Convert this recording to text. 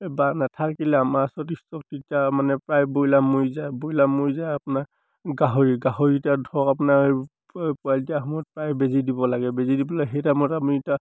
বা নেথাকিলে আমাৰ যথেষ্ট দিগদাৰ মানে প্ৰায় ব্ৰইলাৰ মৰি যায় ব্ৰইলাৰ মৰি যায় আপোনাৰ গাহৰি গাহৰি এতিয়া ধৰক আপোনাৰ পোৱালি দিয়া সময়ত প্ৰায় বেজী দিব লাগে বেজী দিবলৈ সেই টাইমত আমি এতিয়া